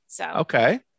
Okay